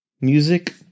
Music